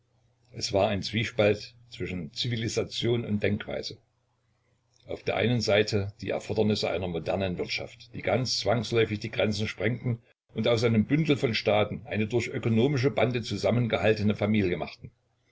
es war ein zwiespalt zwischen zivilisation und denkweise auf der einen seite die erfordernisse einer modernen wirtschaft die ganz zwangsläufig die grenzen sprengten und aus einem bündel von staaten eine durch ökonomische bande zusammengehaltene familie machten